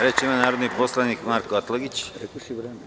Reč ima narodni poslanik Marko Atlagić.